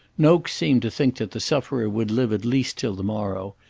nokes seemed to think that the sufferer would live at least till the morrow,